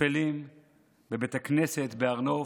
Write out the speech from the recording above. השפלים בבית הכנסת בהר נוף,